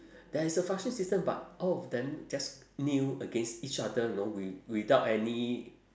there is a flushing system but all of them just kneel against each other know with~ without any